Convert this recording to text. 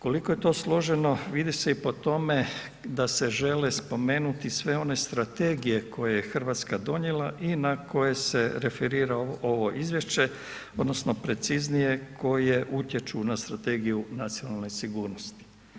Koliko je to složeno, vidi se i po tome da se žele spomenuto sve one strategije koje je Hrvatska donijela i na koje se referira ovo izvješće odnosno preciznije koje utječu na strategiju nacionalne sigurnosti.